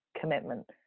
commitment